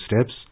steps